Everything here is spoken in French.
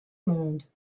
monde